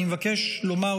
אני מבקש לומר,